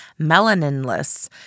melaninless